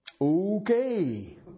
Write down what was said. Okay